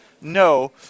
no